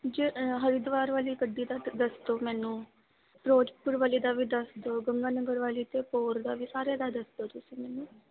ਜੇ ਹਰਿਦੁਆਰ ਵਾਲੀ ਗੱਡੀ ਦਾ ਦੱਸ ਦਿਓ ਮੈਨੂੰ ਫਿਰੋਜ਼ਪੁਰ ਵਾਲੀ ਦਾ ਵੀ ਦੱਸ ਦਿਓ ਗੰਗਾਨਗਰ ਵਾਲੀ ਅਤੇ ਪੋਰ ਦਾ ਵੀ ਸਾਰਿਆਂ ਦਾ ਦੱਸੋ ਤੁਸੀਂ ਮੈਨੂੰ